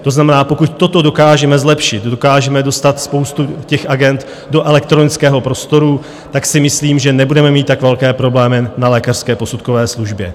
To znamená, pokud toto dokážeme zlepšit, dokážeme dostat spoustu těch agend do elektronického prostoru, tak si myslím, že nebudeme mít tak velké problémy na lékařské posudkové službě.